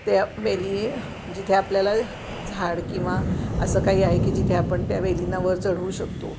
त्या वेली आहे जिथे आपल्याला झाड किंवा असं काही आहे की जिथे आपण त्या वेलींना वर चढवू शकतो